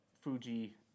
Fuji